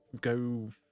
go